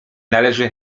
należy